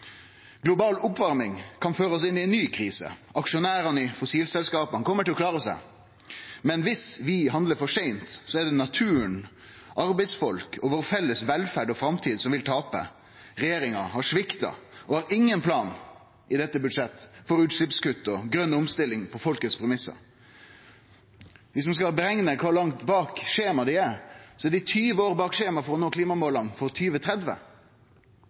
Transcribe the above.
Global oppvarming kan føre oss inn i ei ny krise. Aksjonærane i fossilselskapa kjem til å klare seg, men om vi handlar for seint, er det naturen, arbeidsfolk og den felles velferda og framtida vår som vil tape. Regjeringa har svikta og har ingen plan i dette budsjettet for utsleppskutt og grøn omstilling på folkets premissar. Om vi skal berekne kor langt bak skjema dei er, er dei 20 år bak skjemaet for å nå klimamåla for